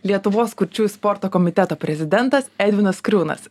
lietuvos kurčiųjų sporto komiteto prezidentas edvinas kriūnas